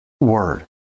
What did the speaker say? word